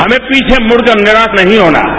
हमें पीछे मुड़कर निराश नहीं होना है